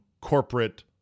corporate